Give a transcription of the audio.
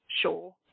sure